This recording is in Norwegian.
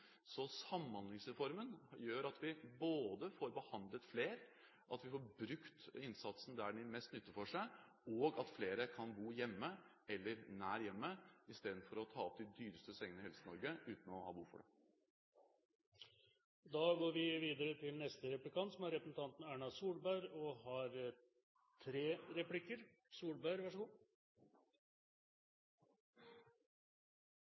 Samhandlingsreformen gjør at vi både får behandlet flere, at vi får brukt innsatsen der den gir mest nytte, og at flere kan bo hjemme eller nær hjemmet, istedenfor å oppta de dyreste sengene i Helse-Norge uten å ha behov for det.